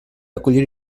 acollir